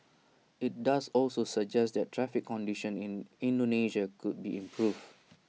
IT does also suggest that traffic conditions in Indonesia could be improved